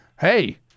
hey